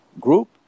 group